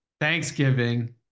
thanksgiving